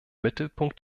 mittelpunkt